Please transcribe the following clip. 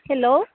hello